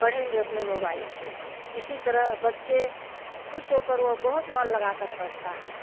पढेंगे अपने मोबाइल से इसी तरह बच्चे खुश होकर वह बहुत मन लगा कर पढ़ता है